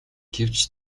гэвч